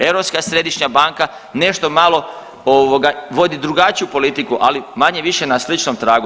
Europska središnja banka nešto malo vodi drugačiju politiku, ali manje-više na sličnom tragu.